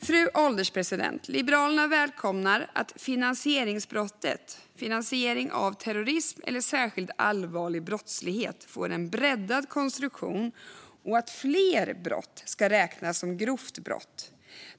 Fru ålderspresident! Liberalerna välkomnar att finansieringsbrottet, finansiering av terrorism eller särskilt allvarlig brottslighet, får en breddad konstruktion och att fler brott ska räknas som grovt brott.